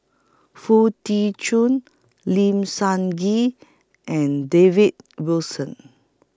Foo Tee Jun Lim Sun Gee and David Wilson